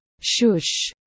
Shush